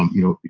um you know,